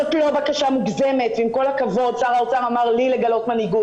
זאת לא בקשה מוגזמת ועם כל הכבוד שר האוצר אמר לי לגלות מנהיגות,